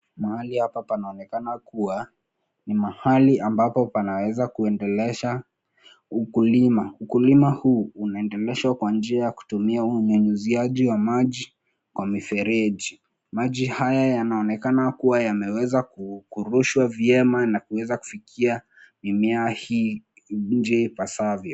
Mahali hapa panaonekana kuwa ni mahali ambapo panaweza kuendelesha ukulima. Ukulima huu unaendeleshwa kwa njia ya kutumia unyunyiziaji wa maji kwa mifereji. Maji haya yanaonekana kuwa yameweza kurushwa vyema na kuweza kufikia mimea hii njia ipaswavyo.